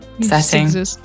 setting